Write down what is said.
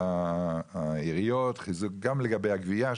עיגנו את זה פה בחוק בכנסת.